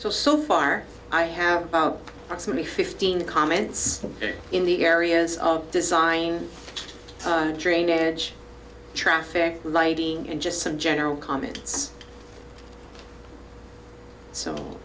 so so far i have about as many fifteen comments in the areas of design just drainage traffic lighting and just some general comments so